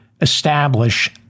establish